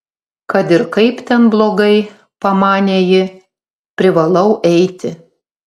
kad ir kaip ten blogai pamanė ji privalau eiti